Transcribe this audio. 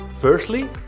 Firstly